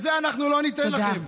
את זה אנחנו לא ניתן לכם.